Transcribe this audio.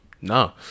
no